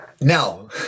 now